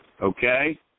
Okay